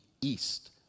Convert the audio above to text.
east